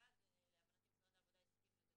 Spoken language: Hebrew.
"שאינן קבועות או מותקנות..."